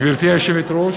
גברתי היושבת-ראש,